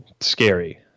scary